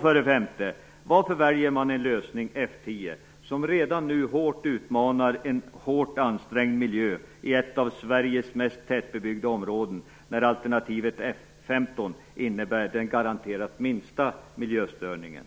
För det femte: Varför väljer man en lösning - F 10 - som redan nu kraftigt utmanar en svårt ansträngd miljö i ett av Sveriges mest tättbebyggda områden, när alternativet F 15 innebär den garanterat minsta miljöstörningen?